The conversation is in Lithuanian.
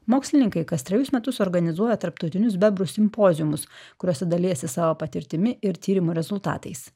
mokslininkai kas trejus metus organizuoja tarptautinius bebrų simpoziumus kuriuose dalijasi savo patirtimi ir tyrimų rezultatais